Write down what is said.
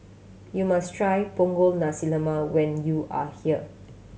you must try Punggol Nasi Lemak when you are here